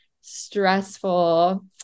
stressful